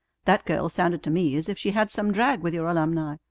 that girl sounded to me as if she had some drag with your alumni.